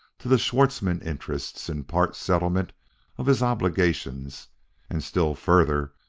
to the schwartzmann interests in part settlement of his obligations and, still further,